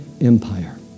empire